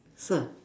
sir